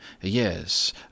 Yes